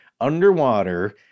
underwater